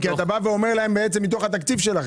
כי אתה בא ואומר להם שייקחו את זה מתוך התקציב שלהם.